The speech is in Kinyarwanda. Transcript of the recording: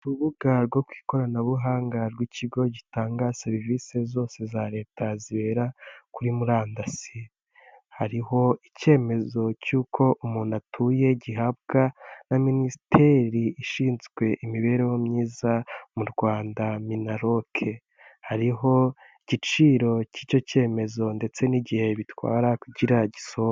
Urubuga rwo ku ikoranabuhanga rw'ikigo gitanga serivisi zose za leta zibera kuri murandasi, hariho icyemezo cy'uko umuntu atuye gihabwa na minisiteri ishinzwe imibereho myiza mu rwanda minaroke, hariho igiciro cy'icyo cyemezo ndetse n'igihe bitwara kugira gisoza.